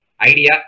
Idea